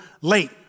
late